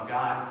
God